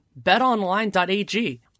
betonline.ag